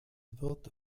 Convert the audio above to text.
wird